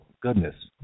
goodness